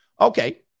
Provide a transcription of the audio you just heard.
Okay